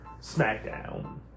SmackDown